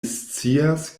scias